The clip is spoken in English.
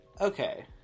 okay